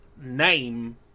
name